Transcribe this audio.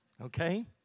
okay